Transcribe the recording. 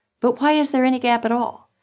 but why is there any gap at all?